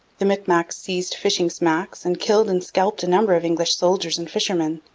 the micmacs seized fishing smacks, and killed and scalped a number of english soldiers and fishermen.